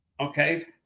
Okay